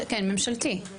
כן, ממשלתי.